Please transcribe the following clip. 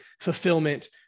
fulfillment